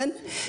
כן,